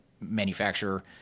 manufacturer